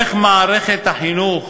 איך מערכת החינוך